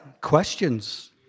questions